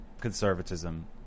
conservatism